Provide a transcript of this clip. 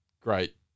great